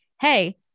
hey